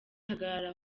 hagarara